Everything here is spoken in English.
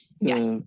Yes